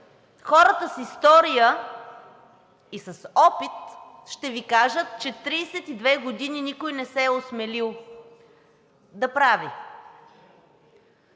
хората с история и с опит ще Ви кажат, че 32 години никой не се е осмелил да прави